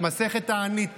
מסכת תענית,